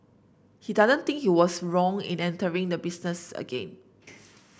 he doesn't think he was wrong in entering the business again